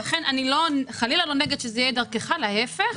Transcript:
אני חלילה לא נגד זה שזה יהיה נגדך אלא להיפך.